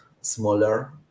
smaller